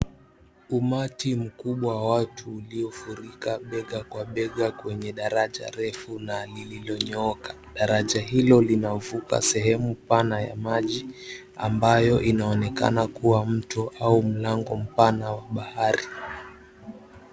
Umati mkubwa wa watu uliofurika bega kwa bega kwenye daraja refu na lililonyooka. Daraja hilo linaovuka sehemu pana ya maji ambayo inaonekana kuwa mto au mlango mpana wa bahari.